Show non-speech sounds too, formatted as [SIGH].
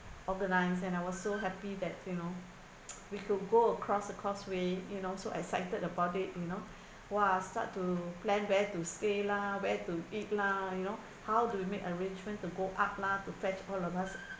organise and I was so happy that you know [NOISE] we could go across the causeway you know so excited about it you know !wah! start to plan where to stay lah where to eat lah you know how do we make arrangement to go up lah to fetch all of us